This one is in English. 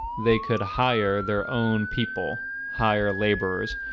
they could hire their own people hire laborers,